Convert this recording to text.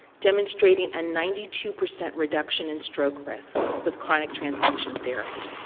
demonstrating a ninety two percent reduction in stroke risk with chronic transfusion therapy.